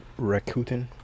Rakuten